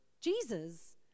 Jesus